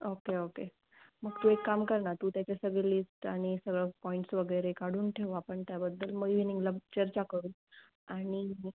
okay okay मग तू एक काम कर ना तू त्याचे सगळे लिस्ट आणि सगळं पॉईंट्स वगैरे काढून ठेव आपण त्याबद्दल मग इवनिंगला चर्चा करू आणि